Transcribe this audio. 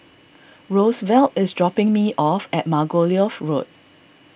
Rosevelt is dropping me off at Margoliouth Road